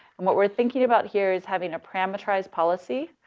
and what we're thinking about here is having a parameterized policy.